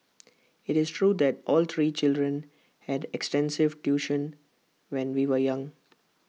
IT is true that all three children had extensive tuition when we were young